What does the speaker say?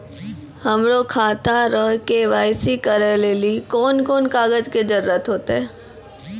हमरो खाता रो के.वाई.सी करै लेली कोन कोन कागज के जरुरत होतै?